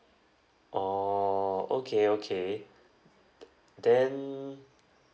orh okay okay then